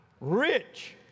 rich